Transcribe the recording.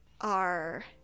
are-